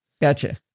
gotcha